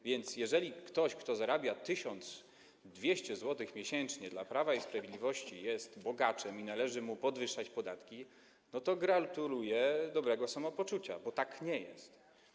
A więc jeżeli ktoś, kto zarabia 1200 zł miesięcznie, jest dla Prawa i Sprawiedliwości bogaczem i należy mu podwyższać podatki, to gratuluję dobrego samopoczucia, bo tak nie jest.